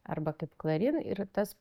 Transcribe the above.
arba kaip klarin ir tas